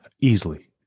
easily